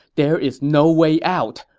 there is no way out.